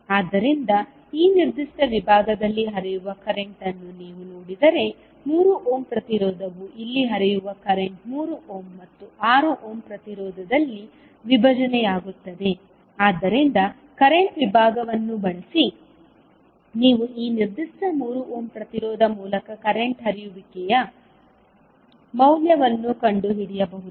ಆದ್ದರಿಂದ ಈ ನಿರ್ದಿಷ್ಟ ವಿಭಾಗದಲ್ಲಿ ಹರಿಯುವ ಕರೆಂಟ್ ಅನ್ನು ನೀವು ನೋಡಿದರೆ 3 ಓಮ್ ಪ್ರತಿರೋಧವು ಇಲ್ಲಿ ಹರಿಯುವ ಕರೆಂಟ್ 3 ಓಮ್ ಮತ್ತು 6 ಓಮ್ ಪ್ರತಿರೋಧದಲ್ಲಿ ವಿಭಜನೆಯಾಗುತ್ತದೆ ಆದ್ದರಿಂದ ಕರೆಂಟ್ ವಿಭಾಗವನ್ನು ಬಳಸಿ ನೀವು ಈ ನಿರ್ದಿಷ್ಟ 3 ಓಮ್ ಪ್ರತಿರೋಧ ಮೂಲಕ ಕರೆಂಟ್ ಹರಿಯುವಿಕೆಯ ಮೌಲ್ಯವನ್ನು ಕಂಡುಹಿಡಿಯಬಹುದು